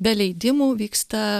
be leidimų vyksta